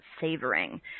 savoring